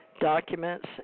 Documents